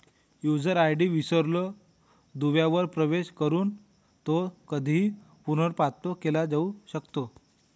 user ID विसरलो दुव्यावर प्रवेश करून तो कधीही पुनर्प्राप्त केला जाऊ शकतो